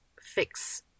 fix